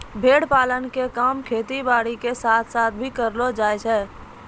भेड़ पालन के काम खेती बारी के साथ साथ भी करलो जायल सकै छो